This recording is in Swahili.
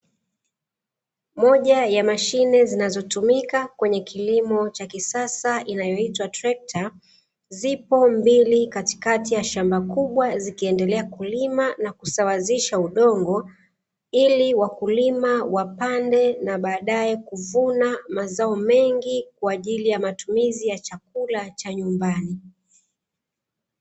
Moja ya mashine zinazotumika kwenye kilimo cha kisasa inayoitwa trekta, zipo mbili katikati ya shamba kubwa zikiendelea kulima na kusawazisha udongo, ili wakulima wapande na baadaye kuvuna mazao mengi kwa ajili ya matumizi ya chakula cha nyumbani.